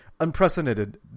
unprecedented